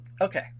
okay